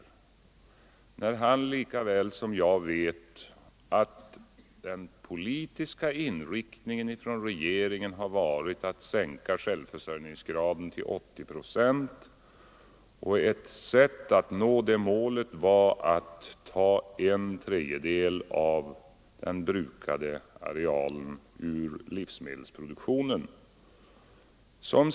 Finansministern vet ju lika väl som jag att den politiska inriktningen från regeringen har varit att sänka vår självförsörjningsgrad till 80 procent. Och ett sätt att nå det målet var att ta en tredjedel av den brukade arealen ur livsmedelproduktionen.